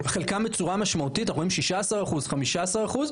חלקם בצורה משמעותית, אנחנו רואים 16% ו-15%.